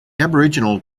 aboriginal